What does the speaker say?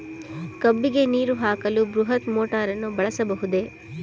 ಕಬ್ಬಿಗೆ ನೀರು ಹಾಕಲು ಬೃಹತ್ ಮೋಟಾರನ್ನು ಬಳಸಬಹುದೇ?